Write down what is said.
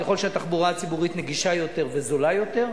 ככל שהתחבורה הציבורית נגישה יותר וזולה יותר,